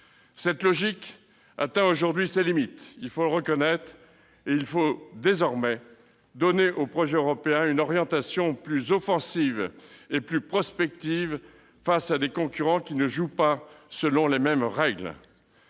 cette logique atteint aujourd'hui ses limites. Il faut désormais donner au projet européen une orientation plus offensive et plus protectrice, face à des concurrents qui ne jouent pas selon les mêmes règles.